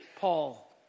Paul